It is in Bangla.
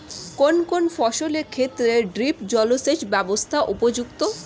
কোন কোন ফসলের ক্ষেত্রে ড্রিপ জলসেচ ব্যবস্থা উপযুক্ত?